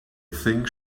think